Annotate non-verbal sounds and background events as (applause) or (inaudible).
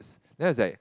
(noise) then I was like